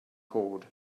code